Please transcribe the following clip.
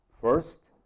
First